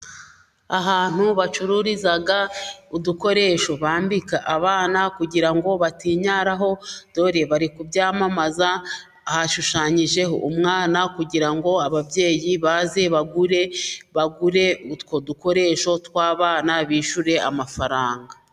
Ahantu bacururiza udukoresho bambika abana kugira ngo batinyaraho, dore bari kubyamamaza hashushanyijeho umwana kugira ngo ababyeyi baze bagure utwo dukoresho tw'abana bishyure amafaranga.